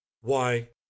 Why